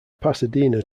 pasadena